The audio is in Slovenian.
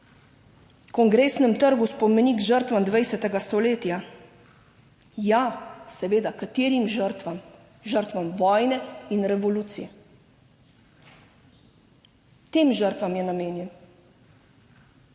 na Kongresnem trgu spomenik žrtvam 20. stoletja. Ja, seveda, katerim žrtvam? Žrtvam vojne in revolucije, tem žrtvam je namenjen